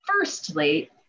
firstly